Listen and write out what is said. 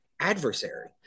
adversary